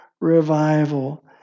revival